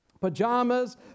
pajamas